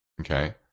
Okay